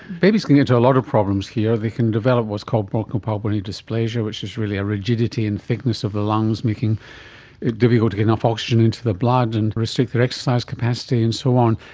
babies can get into a lot of problems here, they can develop what's called bronchopulmonary dysplasia which is really a rigidity and thickness of the lungs, making it difficult to get enough oxygen into the blood and restrict their exercise capacity and so on,